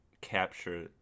capture